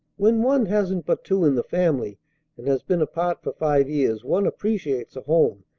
when one hasn't but two in the family and has been apart for five years, one appreciates a home,